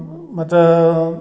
മറ്റ്